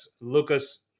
Lucas